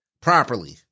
properly